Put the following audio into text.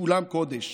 כולם קודש.